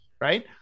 right